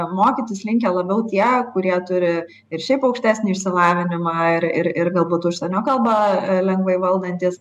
mokytis linkę labiau tie kurie turi ir šiaip aukštesnį išsilavinimą ir ir galbūt užsienio kalbą lengvai valdantys